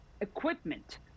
equipment